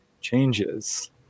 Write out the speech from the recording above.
changes